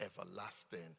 everlasting